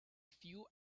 few